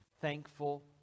thankful